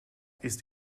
ist